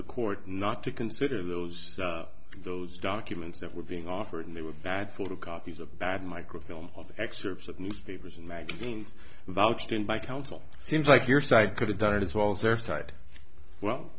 the court not to consider those those documents that were being offered me with bad photocopies of bad microfilm excerpts of newspapers and magazines vouched in by counsel seems like your side could have done it as well as their side well